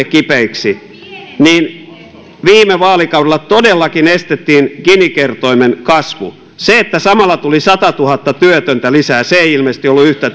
kipeiksi niin viime vaalikaudella todellakin estettiin gini kertoimen kasvu se että samalla tuli satatuhatta työtöntä lisää ei ilmeisesti ollut yhtä